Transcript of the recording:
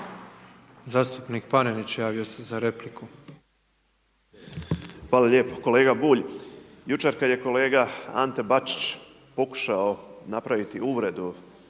za repliku. **Panenić, Tomislav (MOST)** Hvala lijepo. Kolega Bulj, jučer kad je kolega Ante Bačić pokušao napraviti uvredu